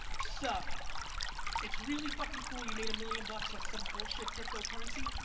so it's really fucking cool you made a million bucks on some bullshit crypto currency.